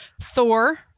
Thor